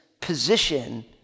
position